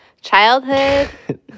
Childhood